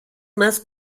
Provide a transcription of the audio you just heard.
más